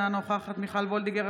אינה נוכחת מיכל וולדיגר,